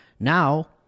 Now